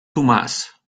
tomàs